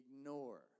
ignore